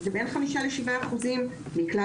זה בין חמישה לעשרה אחוזים מכלל